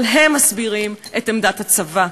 אבל הם מסבירים את עמדת הצבא.